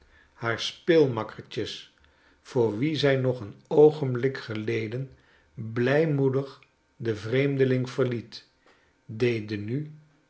haar speelmakkertjes voor wie zij nog een oogenblik geleden blijmoedig de vreemdeling verliet deden nu